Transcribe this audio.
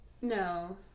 No